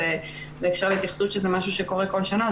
אז בהקשר להתייחסות שזה משהו שקורה כל שנה,